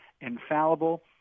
infallible